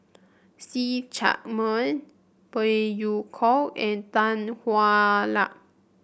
See Chak Mun Phey Yew Kok and Tan Hwa Luck